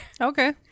Okay